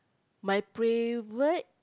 my favourite